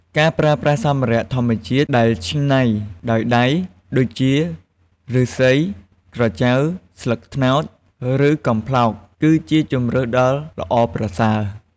ការប្រើប្រាស់សម្ភារៈធម្មជាតិដែលច្នៃដោយដៃ ដូចជា ឫស្សី ក្រចៅ ស្លឹកត្នោត ឬ កំប្លោក គឺជាជម្រើសដ៏ល្អប្រសើរ។